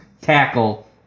tackle